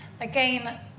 Again